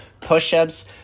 push-ups